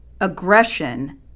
aggression